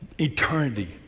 eternity